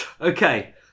Okay